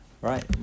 Right